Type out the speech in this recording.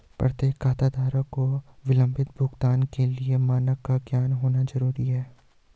प्रत्येक खाताधारक को विलंबित भुगतान के लिए मानक का ज्ञान होना जरूरी है